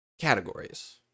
categories